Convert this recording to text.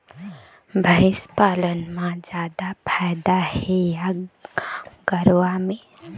भंइस पालन म जादा फायदा हे या गरवा में?